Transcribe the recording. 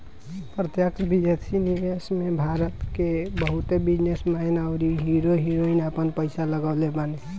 प्रत्यक्ष विदेशी निवेश में भारत के बहुते बिजनेस मैन अउरी हीरो हीरोइन आपन पईसा लगवले बाने